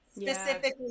Specifically